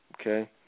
okay